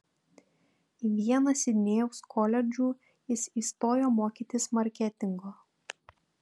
į vieną sidnėjaus koledžų jis įstojo mokytis marketingo